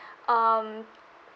um